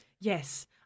Yes